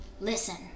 Listen